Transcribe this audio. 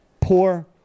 poor